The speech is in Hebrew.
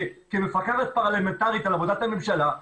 כמפקחת פרלמנטרית על עבודת הממשלה,